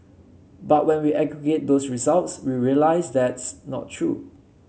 but when we aggregate those results we realise that's not true